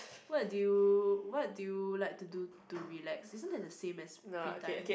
what do you what do you like to do to relax isn't that the same as free time